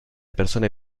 persone